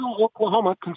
oklahoma